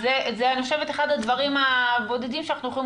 זה אני חושבת אחד הדברים הבודדים שאנחנו יכולים